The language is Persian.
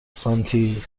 سانتی